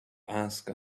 ask